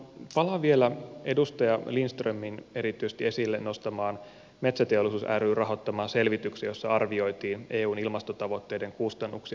palaan vielä edustaja lindströmin erityisesti esille nostamaan metsäteollisuus ryn rahoittamaan selvitykseen jossa arvioitiin eun ilmastotavoitteiden kustannuksia